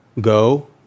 go